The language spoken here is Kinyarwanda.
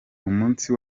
umunsi